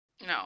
No